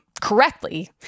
correctly